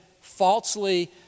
falsely